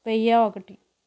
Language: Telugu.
వెయ్యా ఒకటి